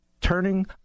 turning